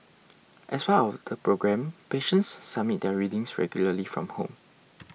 as part of the programme patients submit their readings regularly from home